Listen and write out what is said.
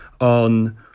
on